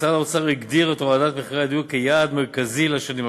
משרד האוצר הגדיר את הורדת מחירי הדיור כיעד מרכזי לשנים הקרובות.